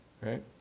right